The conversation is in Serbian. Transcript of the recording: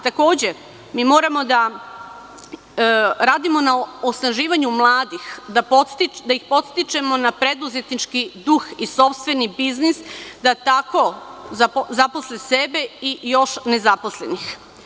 Takođe, mi moramo da radimo na osnaživanju mladih, da ih podstičemo na preduzetnički duh i sopstveni biznis, da tako zaposle sebe i još nezaposlenih.